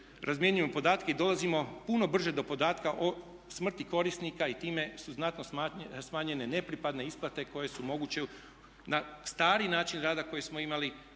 razmjenjujemo podatke i dolazimo puno brže do podatka o smrti korisnika i time su znatno smanjene nepripadne isplate koje su moguće na stari način rada koji smo imali